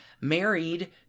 Married